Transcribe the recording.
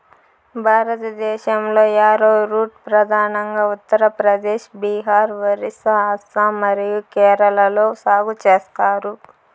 భారతదేశంలో, యారోరూట్ ప్రధానంగా ఉత్తర ప్రదేశ్, బీహార్, ఒరిస్సా, అస్సాం మరియు కేరళలో సాగు చేస్తారు